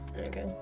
Okay